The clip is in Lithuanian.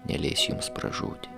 neleis jums pražūti